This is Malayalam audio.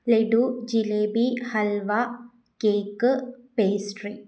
laddu jalebi halwa cake pastry